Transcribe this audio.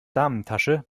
damentasche